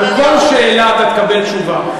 על כל שאלה אתה תקבל תשובה.